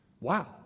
Wow